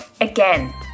Again